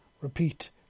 Repeat